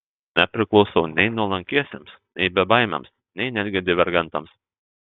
nepriklausau nei nuolankiesiems nei bebaimiams nei netgi divergentams